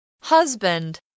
Husband